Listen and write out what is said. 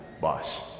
boss